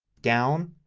down.